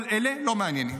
כל אלה לא מעניינים.